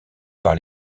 par